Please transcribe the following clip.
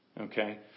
Okay